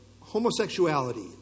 homosexuality